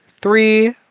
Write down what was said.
three